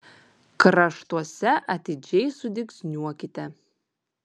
kraštuose atidžiai sudygsniuokite